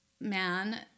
Man